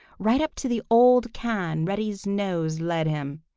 right up to the old can reddy's nose led him.